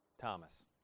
Thomas